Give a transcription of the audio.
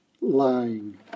lying